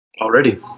already